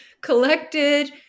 collected